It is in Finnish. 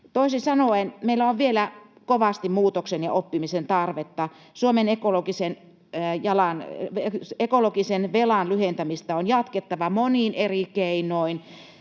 Toisin sanoen meillä on vielä kovasti muutoksen ja oppimisen tarvetta. Suomen ekologisen velan lyhentämistä on jatkettava monin eri keinoin